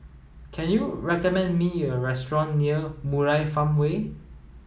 can you recommend me a restaurant near Murai Farmway